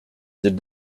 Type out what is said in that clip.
did